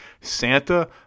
Santa